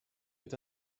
est